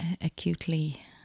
acutely